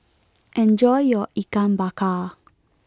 enjoy your Ikan Bakar